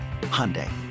Hyundai